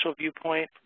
viewpoint